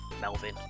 Melvin